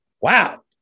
Wow